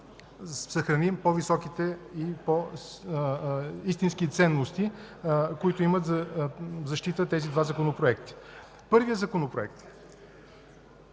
съхраним по-високите истински ценности, които имат за защита тези два законопроекта. Първият Законопроект,